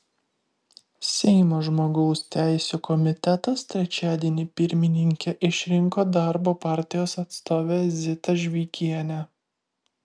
seimo žmogaus teisių komitetas trečiadienį pirmininke išrinko darbo partijos atstovę zitą žvikienę